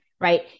right